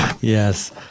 Yes